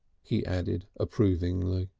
he added approvingly.